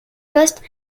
postes